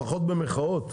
לפחות במחאות.